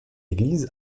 église